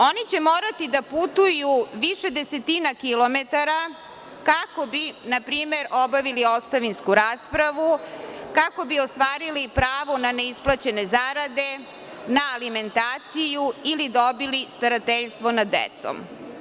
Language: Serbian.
Oni će morati da putuju više desetina kilometara kako bi npr. obavili ostavinsku raspravu, kako bi ostvarili pravo na neisplaćene zarade, na alimentaciju ili dobili starateljstvo nad decom.